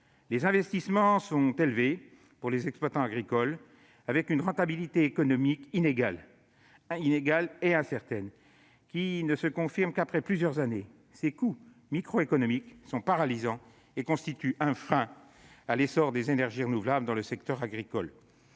les investissements sont élevés pour les exploitants agricoles, avec une rentabilité économique inégale et incertaine, qui ne se confirme qu'après plusieurs années. Ces coûts microéconomiques sont paralysants et constituent un frein à l'essor des énergies renouvelables dans le secteur agricole.